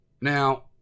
Now